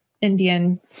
Indian